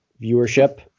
viewership